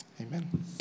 Amen